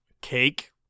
Cake